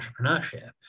entrepreneurship